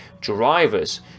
Drivers